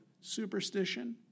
superstition